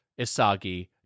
isagi